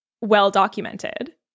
well-documented